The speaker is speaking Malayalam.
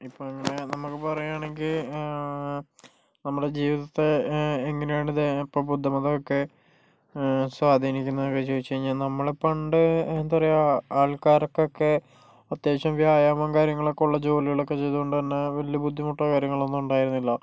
ഇപ്പൊൾ അങ്ങനെ നമുക്ക് പറയാണെങ്കിൽ നമ്മുടെ ജീവിതത്തെ എങ്ങനെയാണ് ഇത് ഇപ്പം ബുദ്ധമതമൊക്കെ സ്വാധീനിക്കുന്നതൊക്കെ ചോദിച്ചു കഴിഞ്ഞാൽ നമ്മള് പണ്ട് എന്താ പറയുക ആൾക്കാരൊക്കൊക്കെ അത്യാവശ്യം വ്യായാമവും കാര്യങ്ങളൊക്കെ ഉള്ള ജോലികളൊക്കെ ചെയ്തു കൊണ്ട് തന്നെ വലിയ ബുദ്ധിമുട്ടോ കാര്യങ്ങളൊന്നും ഉണ്ടായിരുന്നില്ല